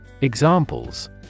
Examples